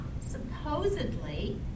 supposedly